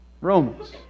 Romans